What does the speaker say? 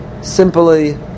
simply